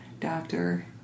doctor